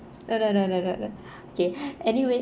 no no no no no no okay anyway